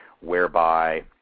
whereby